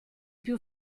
più